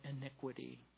iniquity